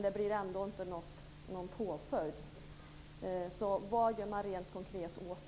Det blir ändå inte någon påföljd. Vad görs rent konkret?